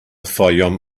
fayoum